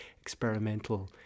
experimental